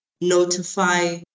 notify